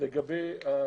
אבל יש גם שאלות, כבוד השר.